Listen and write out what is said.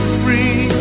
free